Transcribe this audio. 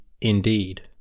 indeed